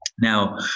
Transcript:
Now